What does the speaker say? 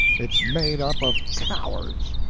it's made up of cowards,